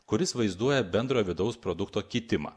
kuris vaizduoja bendrojo vidaus produkto kitimą